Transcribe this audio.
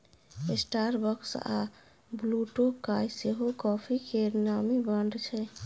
Starbucks आ ब्लुटोकाइ सेहो coffee केर नामी ब्रांड छै